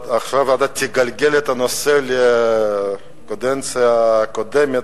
שעכשיו אתה תגלגל את הנושא לקדנציה הקודמת,